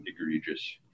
egregious